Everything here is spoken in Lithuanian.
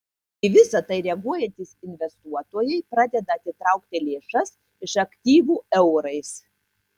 į visa tai reaguojantys investuotojai pradeda atitraukti lėšas iš aktyvų eurais